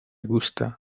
gusta